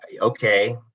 Okay